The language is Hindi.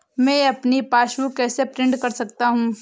मैं अपनी पासबुक कैसे प्रिंट कर सकता हूँ?